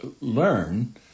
learn